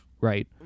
right